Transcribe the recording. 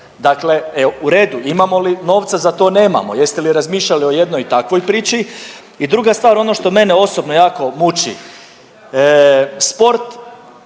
Dakle, u redu imamo li novca za to? Nemamo. Jeste li razmišljali o jednoj takvoj priči. I druga stvar ono što mene osobno jako muči, sport